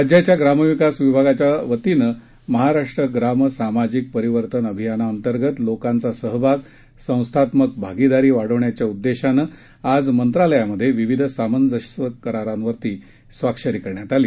राज्याच्या ग्रामविकास विभागाच्या वतीनं महाराष्ट्र ग्राम सामाजिक परिवर्तन अभियानांतर्गत लोकांचा सहभाग संस्थात्मक भागीदारी वाढविण्याच्या उददेशानं आज मंत्रालयात विविध सामंजस्य करारांवर स्वाक्षरी करण्यात आली